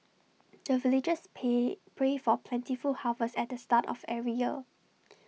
the villagers pay pray for plentiful harvest at the start of every year